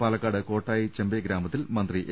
പാലക്കാട് കോട്ടായി ചെമ്പൈ ഗ്രാമത്തിൽ മന്ത്രി എ